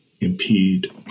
impede